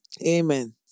Amen